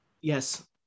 Yes